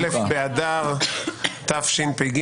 א' באדר התשפ"ג,